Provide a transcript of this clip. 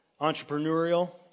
entrepreneurial